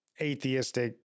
atheistic